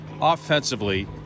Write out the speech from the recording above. offensively